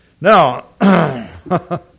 Now